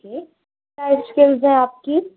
okay क्या skills है आपकी